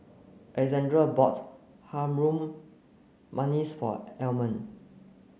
Alexande bought Harum Manis for Almer